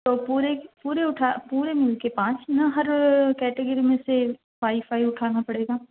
تو پوری پورے اٹھا پورے مل کے پانچ ہر کیٹگری میں سے فائیو فائیو اٹھانا پڑے گا